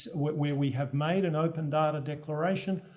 where we have made an open dialer declaration,